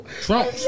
Trump